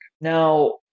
Now